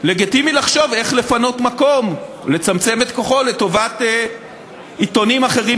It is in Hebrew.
לגיטימי לחשוב איך לפנות מקום או לצמצם את כוחו לטובת עיתונים אחרים,